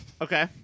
okay